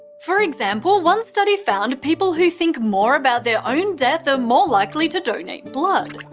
for example, one study found people who think more about their own death are more likely to donate blood.